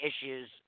issues